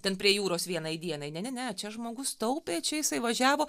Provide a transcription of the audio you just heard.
ten prie jūros vienai dienai ne ne ne čia žmogus taupė čia jisai važiavo